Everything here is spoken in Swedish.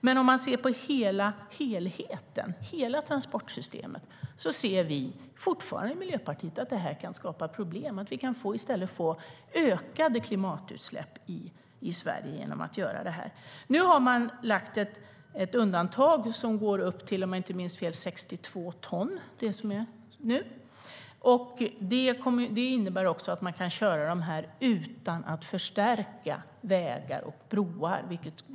Men om man ser till helheten, hela transportsystemet, ser Miljöpartiet fortfarande att det kan skapa problem. Vi kan i stället få ökade klimatutsläpp i Sverige genom att göra det. Nu finns det ett undantag som går upp till 62 ton, om jag inte minns fel. Det innebär att lastbilarna kan köras utan att vägar och broar förstärks.